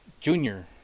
junior